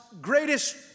greatest